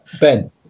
Ben